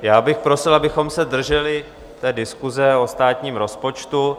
Já bych prosil, abychom se drželi diskuse o státním rozpočtu.